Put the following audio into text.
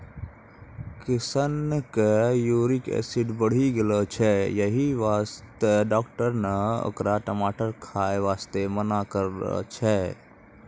किशन के uric acid बढ़ी गेलो छै यही वास्तॅ डाक्टर नॅ होकरा टमाटर खाय वास्तॅ मना करनॅ छै